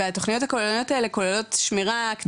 והתוכניות הכוללניות האלה כוללות שמירה אקטיבית.